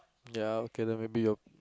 ya okay lah maybe your